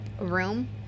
room